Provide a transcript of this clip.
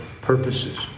purposes